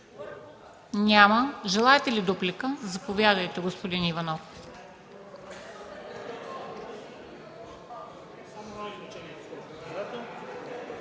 Няма. Желаете ли дуплика? Заповядайте, господин Иванов.